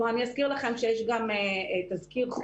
אני אזכיר לכם שיש גם תזכיר חוק.